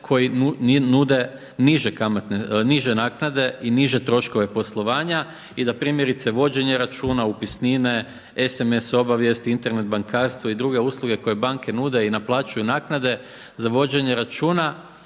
koji nude niže naknade i niže troškove poslovanja i da primjerice vođenje računa, upisnine, sms obavijesti, Internet bankarstvo i druge usluge koje banke nude i naplaćuju naknade za vođenje računa,